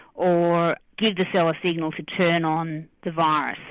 or give the cell a signal to turn on the virus.